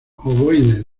ovoides